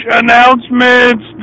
announcements